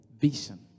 vision